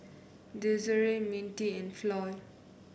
Desirae Mintie and Floy